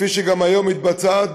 כפי שגם היום היא מתבצעת,